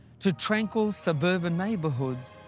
to tranquil suburban neighbourhoods,